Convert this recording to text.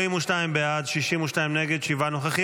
נוכחים.